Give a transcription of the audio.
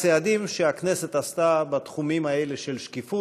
הצעת חוק התכנון והבנייה (תיקון,